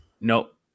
Nope